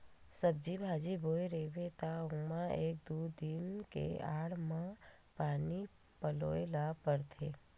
सब्जी बाजी बोए रहिबे त ओमा एक दू दिन के आड़ म पानी पलोए ल परथे